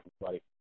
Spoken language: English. buddy